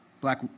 black